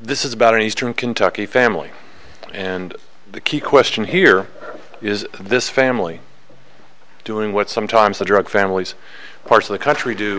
this is about an eastern kentucky family and the key question here is this family doing what sometimes the drug families parts of the country do